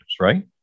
right